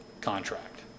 contract